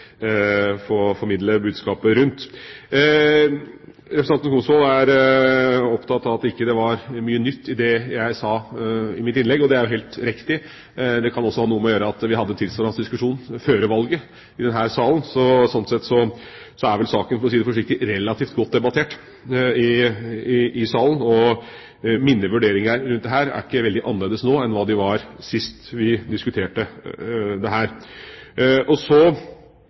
få formidle. Representanten Skumsvoll er opptatt av at det ikke var mye nytt i det jeg sa i mitt innlegg. Det er helt riktig. Det kan ha noe å gjøre med at vi hadde en tilsvarende diskusjon før valget i denne salen. Slik sett er vel saken, for å si det forsiktig, relativt godt debattert i salen. Mine vurderinger rundt dette er ikke veldig annerledes nå enn de var sist vi diskuterte det. Så kan jeg berolige representanten Skumsvoll når det gjelder bekymringa for at det skulle bli for mye kontroll. Hele poenget her